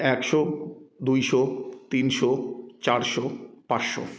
একশো দুইশো তিনশো চারশো পাঁচশো